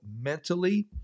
mentally